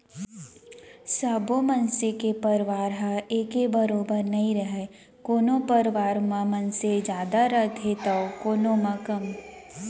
सब्बो मनसे के परवार ह एके बरोबर नइ रहय कोनो परवार म मनसे जादा रहिथे तौ कोनो म कम